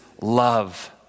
love